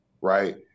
right